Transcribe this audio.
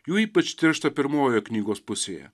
jų ypač tiršta pirmojoje knygos pusėje